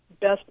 best